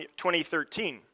2013